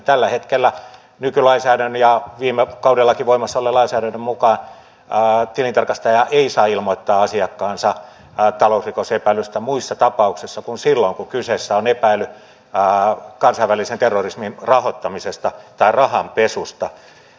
tällä hetkellä nykylainsäädännön ja viime kaudellakin voimassa olleen lainsäädännön mukaan tilintarkastaja ei saa ilmoittaa asiakkaansa talousrikosepäilystä muissa tapauksissa kuin silloin kun kyseessä on epäily kansainvälisen terrorismin rahoittamisesta tai rahanpesusta